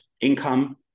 income